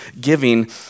giving